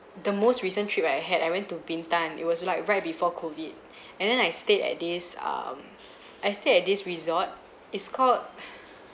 the most recent trip I had I went to bintan it was like right before COVID and then I stayed at this um I stayed at this resort it's called